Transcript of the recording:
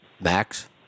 Max